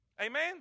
Amen